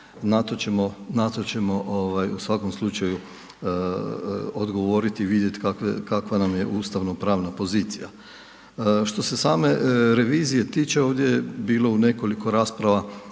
na to ćemo u svakom slučaju odgovoriti, vidjeti kakva nam je ustavno-pravna pozicija. Što se same revizije tiče, ovdje je bilo u nekoliko rasprava